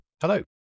Hello